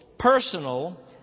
personal